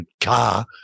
car